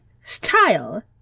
Style